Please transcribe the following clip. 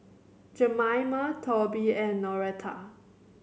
Jemima Toby and Noretta